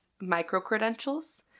micro-credentials